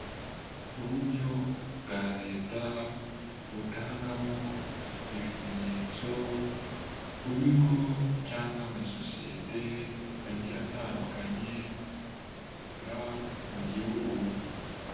Icyapa gishyirwa ku muhanda kiburira abawugendamo ko aho bagiye kugera hari umuhanda unyurwamo ubazengurutse.